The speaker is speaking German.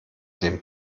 den